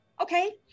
Okay